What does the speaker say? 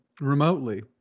remotely